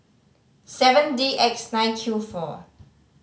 seven D X nine Q four